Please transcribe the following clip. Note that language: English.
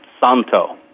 Santo